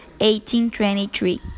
1823